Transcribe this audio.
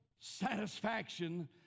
satisfaction